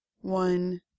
one